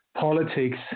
politics